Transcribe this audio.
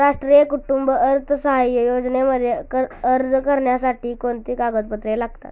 राष्ट्रीय कुटुंब अर्थसहाय्य योजनेमध्ये अर्ज करण्यासाठी कोणती कागदपत्रे लागतात?